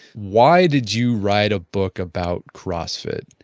why did you write a book about crossfit,